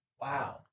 Wow